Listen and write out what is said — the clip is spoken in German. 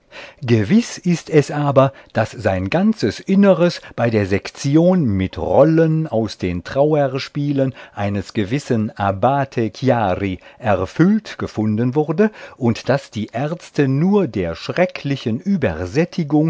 gewiß ist es aber daß sein ganzes inneres bei der sektion mit rollen aus den trauerspielen eines gewissen abbate chiari erfüllt gefunden wurde und daß die ärzte nur der schrecklichen